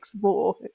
more